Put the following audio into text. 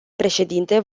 președinte